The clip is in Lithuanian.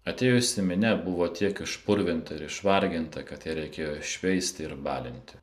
atėjusi minia buvo tiek išpurvinta ir išvarginta kad ją reikėjo šveisti ir balinti